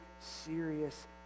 serious